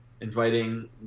inviting